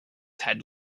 had